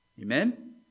Amen